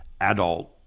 adult